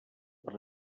per